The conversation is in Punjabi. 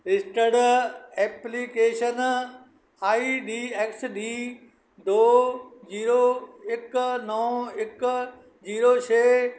registered application I D X D ਦੋ ਜੀਰੋ ਇੱਕ ਨੌਂ ਇੱਕ ਜੀਰੋ ਛੇ